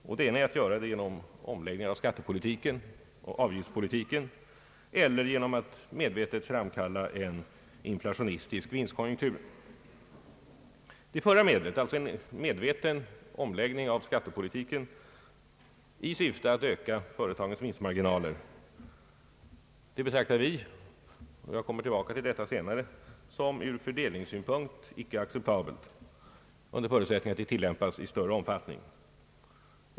Man kan göra det genom en omläggning av skattepolitiken och avgiftspolitiken eller genom att medvetet framkalla en inflationistisk vinstkonjunktur. Det förra medlet, alltså en medveten omläggning av skattepolitiken i syfte att öka företagens vinstmarginaler, betraktar vi — jag kommer tillbaka till detta senare — som ur fördelningssynpunkt icke acceptabelt under förutsättning att det tillämpas i större omfattning.